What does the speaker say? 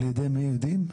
על ידי מי, יודעים?